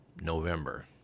November